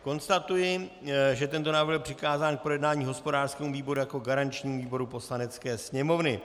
Konstatuji, že tento návrh byl přikázán k projednání hospodářskému výboru jako garančnímu výboru Poslanecké sněmovny.